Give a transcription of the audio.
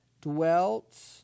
dwelt